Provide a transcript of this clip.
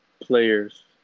players